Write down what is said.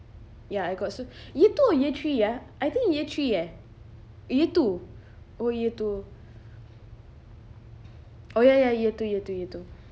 ya I got so year two or year three ya I think year three eh year two oh year two oh ya ya year two year two year two